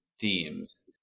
themes